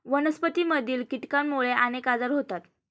वनस्पतींमधील कीटकांमुळे अनेक आजार होतात